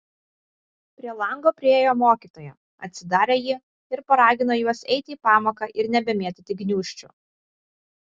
prie lango priėjo mokytoja atsidarė jį ir paragino juos eiti į pamoką ir nebemėtyti gniūžčių